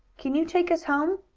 can you take us home?